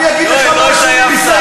אני אגיד לך משהו מניסיון.